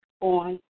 on